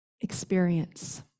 experience